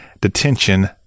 Detention